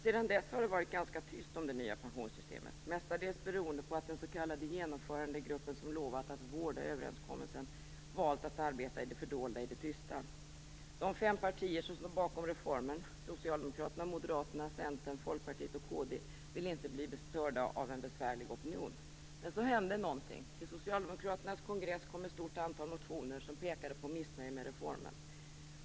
Sedan dess har det varit ganska tyst om det nya pensionssystemet, mestadels beroende på att den s.k. genomförandegruppen, som lovat att vårda överenskommelsen, valt att arbeta i det fördolda, i det tysta. De fem partier som står bakom reformen - Socialdemokraterna, Moderaterna, Centern, Folkpartiet och kd - vill inte bli störda av en besvärlig opinion. Men så hände någonting. Till Socialdemokraternas kongress kom ett stort antal motioner som pekade på missnöje med reformen.